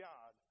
God